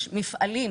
יש מפעלים